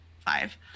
five